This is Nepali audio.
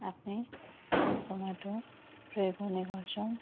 आफ्नै जमिनको माटो प्रयोग गर्ने गर्छौँ